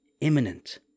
imminent